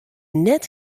net